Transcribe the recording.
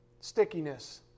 stickiness